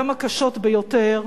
גם הקשות ביותר,